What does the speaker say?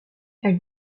elle